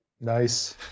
nice